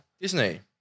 Disney